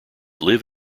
live